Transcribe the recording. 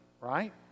right